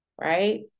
right